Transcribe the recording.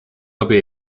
abi